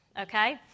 okay